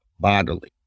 Bodily